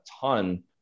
ton